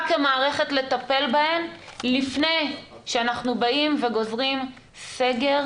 כמערכת לטפל בהן לפני שאנחנו גוזרים סגר